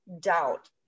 doubt